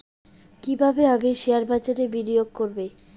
কিভাবে আমি শেয়ারবাজারে বিনিয়োগ করবে?